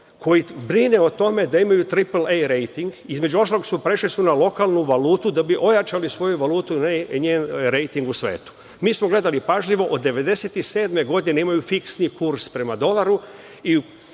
koji brine o tome da imaju „tripl ejl“ rejting. Između ostalog, prešli su i na lokalnu valutu da bi ojačali svoju valutu i njen rejting u svetu. Pažljivo smo gledali, od 1997. godine imaju fiksni kurs prema dolaru